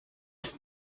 das